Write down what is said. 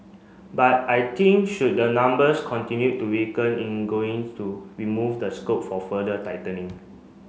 but I think should the numbers continue to weaken in going to remove the scope for further tightening